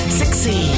sexy